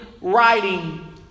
writing